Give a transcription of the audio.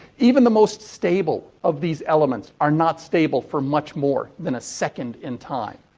even the most stable of these elements are not stable for much more than a second in time.